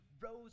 rose